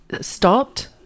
stopped